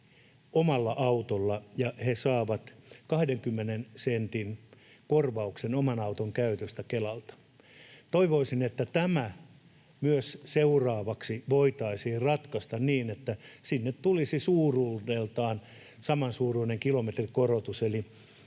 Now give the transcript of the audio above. omalla autolla ja he saavat 20 sentin korvauksen oman auton käytöstä Kelalta. Toivoisin, että tämä myös seuraavaksi voitaisiin ratkaista niin, että sinne tulisi suuruudeltaan samansuuruinen kilometrikorotus